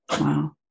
wow